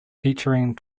featuring